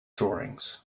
drawings